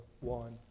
one